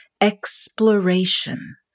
exploration